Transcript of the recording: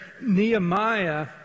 Nehemiah